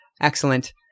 Excellent